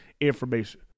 information